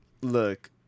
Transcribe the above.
look